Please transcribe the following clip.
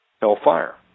hellfire